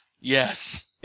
Yes